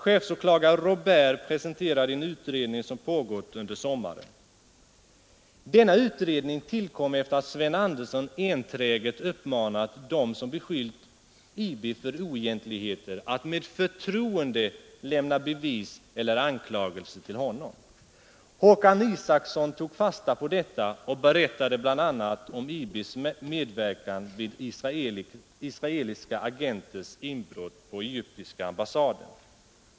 Chefsåklagare Robért presenterade en utredning som pågått under sommaren, Denna utredning tillkom efter det att Sven Andersson enträget uppmanat dem som beskyllt IB för oegentligheter att med förtroende lämna bevis eller anklagelser till honom. Håkan Isacson tog fasta på detta och berättade bl.a. om IB:s medverkan vid israeliska agenters inbrott på egyptiska ambassaden.